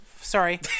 sorry